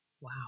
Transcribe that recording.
Wow